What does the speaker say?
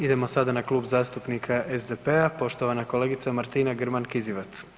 Idemo sada na Klub zastupnika SDP-a, poštovana kolegica Martina Grman Kizivat.